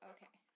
Okay